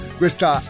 questa